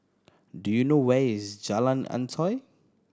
do you know where is Jalan Antoi